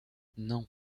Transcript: non